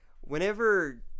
whenever